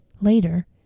Later